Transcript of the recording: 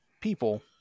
people